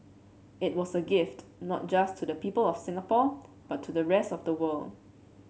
it was a gift not just to the people of Singapore but to the rest of the world